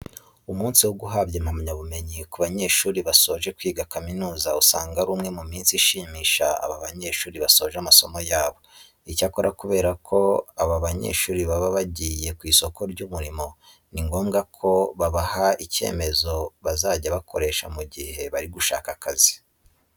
Umunsi wo guhabwa impamyabumenyi ku banyeshuri basoje kwiga kaminuza, usanga ari umwe mu minsi ishimisha aba banyeshuri basoje amasomo yabo. Icyakora kubera ko aba banyeshuri baba bagiye ku isoko ry'umurimo ni ngombwa ko babaha icyemezo bazajya bakoresha mu gihe bari gushaka akazi.